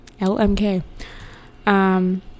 LMK